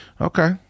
Okay